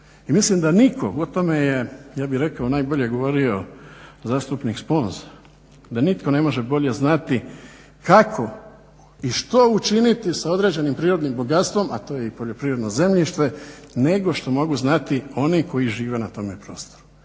I mislim da nitko o tome je ja bih rekao najbolje govorio zastupnik Sponza, da nitko ne može bolje znati kako i što učiniti sa određenim prirodnim bogatstvom, a to je i poljoprivredno zemljište nego što mogu znati oni koji žive na tom prostoru.